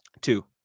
Two